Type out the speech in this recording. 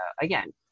again